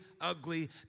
ugly